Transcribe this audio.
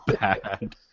bad